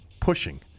pushing